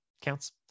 counts